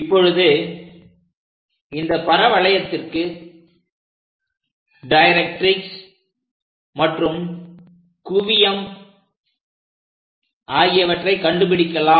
இப்பொழுது இந்த பரவளையத்திற்கு டைரக்ட்ரிக்ஸ் மற்றும் குவியம் ஆகியவற்றை கண்டுபிடிக்கலாம்